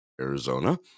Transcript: arizona